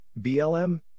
BLM